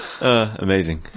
Amazing